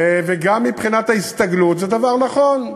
וגם מבחינת ההסתגלות זה דבר נכון.